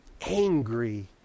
angry